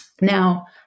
Now